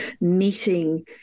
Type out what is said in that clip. meeting